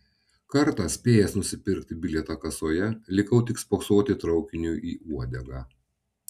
kartą spėjęs nusipirkti bilietą kasoje likau tik spoksoti traukiniui į uodegą